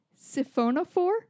siphonophore